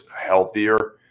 healthier